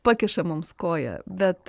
pakiša mums koją bet